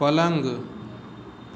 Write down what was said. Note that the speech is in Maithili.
पलङ्ग